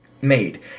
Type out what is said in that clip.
made